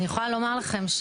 אני יכולה לומר לכם,